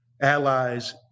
allies